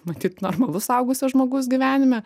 matyt normalu suaugusio žmogaus gyvenime